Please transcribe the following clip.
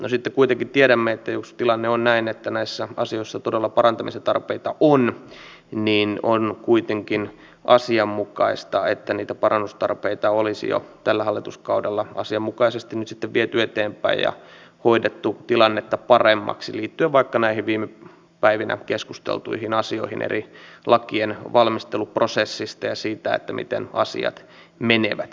no sitten kuitenkin tiedämme että jos tilanne on näin että näissä asioissa todella parantamisen tarpeita on niin on kuitenkin asianmukaista että niitä parannustarpeita olisi jo tällä hallituskaudella asianmukaisesti nyt sitten viety eteenpäin ja hoidettu tilannetta paremmaksi liittyen vaikka näihin viime päivinä keskusteltuihin asioihin eri lakien valmisteluprosessista ja siitä miten asiat menevät